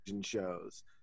shows